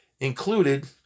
included